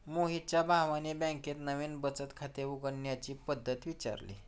मोहितच्या भावाने बँकेत नवीन बचत खाते उघडण्याची पद्धत विचारली